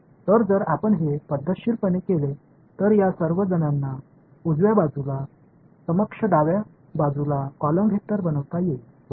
तर जर आपण हे पद्धतशीरपणे केले तर या सर्व जणांना उजव्या बाजूला क्षमस्व डाव्या बाजूला कॉलम वेक्टर बनवता येईल बरोबर